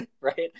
right